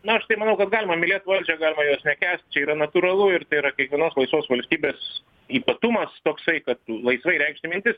na aš tai manau kad galima mylėt valdžią galima jos nekęst čia yra natūralu ir tai yra kiekvienos laisvos valstybės ypatumas toksai kad laisvai reikšti mintis